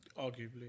Arguably